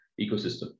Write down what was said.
ecosystem